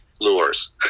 lures